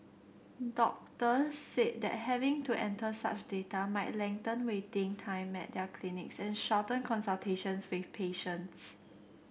doctors said that having to enter such data might lengthen waiting time at their clinics and shorten consultations with patients